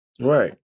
Right